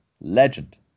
legend